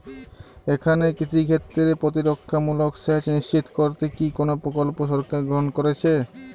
এখানে কৃষিক্ষেত্রে প্রতিরক্ষামূলক সেচ নিশ্চিত করতে কি কোনো প্রকল্প সরকার গ্রহন করেছে?